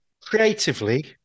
Creatively